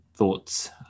thoughts